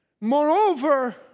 Moreover